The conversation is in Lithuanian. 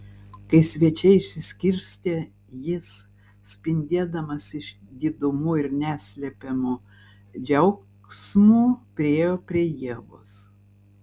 kai svečiai išsiskirstė jis spindėdamas išdidumu ir neslepiamu džiaugsmu priėjo prie ievos